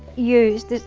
used.